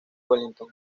wellington